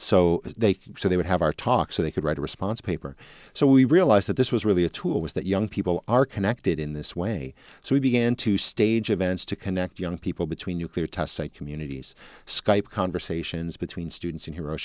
so they so they would have our talk so they could write a response paper so we realized that this was really a tool was that young people are connected in this way so we began to stage events to connect young people between nuclear tests and communities skype conversations between students in hiro